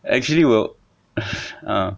actually 我有 ah